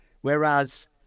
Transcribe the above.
Whereas